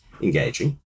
engaging